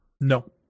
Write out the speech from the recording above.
no